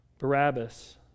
Barabbas